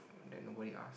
even that nobody ask